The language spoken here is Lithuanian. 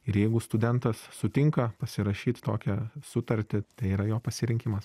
ir jeigu studentas sutinka pasirašyt tokią sutartį tai yra jo pasirinkimas